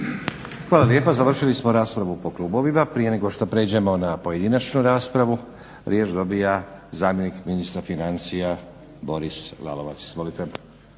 Hvala lijepa. Završili smo raspravu po klubovima. Prije nego što pređemo na pojedinačnu raspravu riječ dobiva zamjenik ministra financija Boris Lalovac.